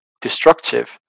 destructive